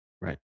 right